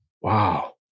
Wow